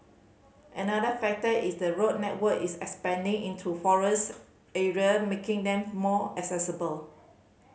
another factor is the road network is expanding into forest area making them more accessible